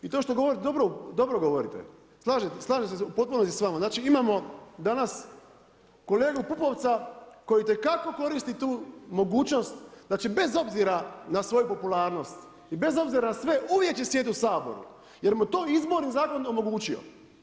I to što govorite, dobro govorite, slažem se u potpunost i s vama, znači imamo danas kolegu Pupovca koji itekako koristi tu mogućnost, znači bez obzira na svoju popularnost i bez obzira na sve uvijek će sjediti u Saboru jer mu je to Izborni zakon omogućio.